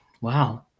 Wow